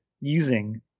using